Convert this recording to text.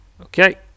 Okay